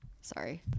sorry